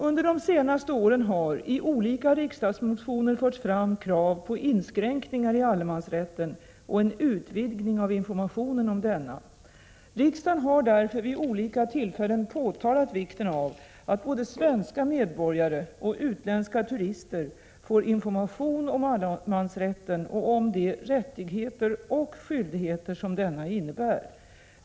Under de senaste åren har i olika riksdagsmotioner förts fram krav på inskränkningar i allemansrätten och en utvidgning av informationen om denna. Riksdagen har därför vid olika tillfällen påtalat vikten av att både svenska medborgare och utländska turister får information om allemansrätten och om de rättigheter och skyldigheter som denna innebär.